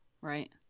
right